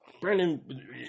Brandon